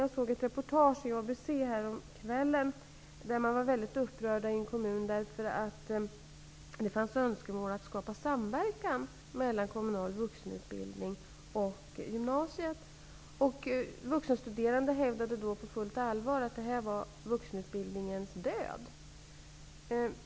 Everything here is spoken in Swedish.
Jag såg ett reportage i ABC-nytt häromkvällen där det redovisades att man i en kommun var mycket upprörd över att det fanns önskemål om att skapa samverkan mellan kommunal vuxenutbildning och gymnasieskolan. Vuxenstuderande hävdade på fullt allvar att detta var vuxenutbildningens död.